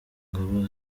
ngabo